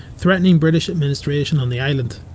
threatening british administration on the island.